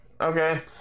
Okay